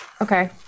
Okay